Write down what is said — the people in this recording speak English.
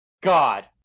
God